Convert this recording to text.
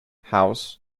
house